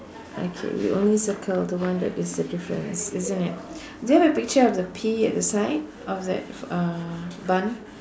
okay we only circle the one that is the difference isn't it do you have the picture of the pea at the side of that uh bun